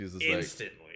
instantly